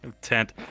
Tent